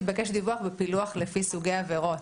התבקש דיווח בפילוח לפי סוגי עבירות,